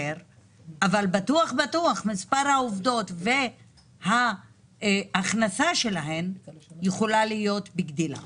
אבל בטוח מספר העובדות וההכנסה שלהן יכול לגדול.